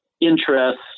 Interests